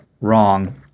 wrong